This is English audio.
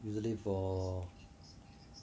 usually for